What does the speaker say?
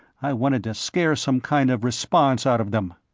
i wanted to scare some kind of response out of them.